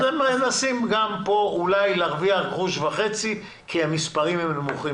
הם מנסים גם כאן אולי להרוויח גרוש וחצי כי המספרים הם נמוכים.